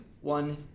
One